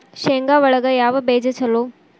ಶೇಂಗಾ ಒಳಗ ಯಾವ ಬೇಜ ಛಲೋ?